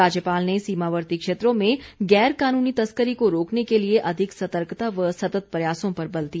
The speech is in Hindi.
राज्यपाल ने सीमावर्ती क्षेत्रों में गैर कानूनी तस्करी को रोकने के लिए अधिक सतर्कता व सतत प्रयासों पर बल दिया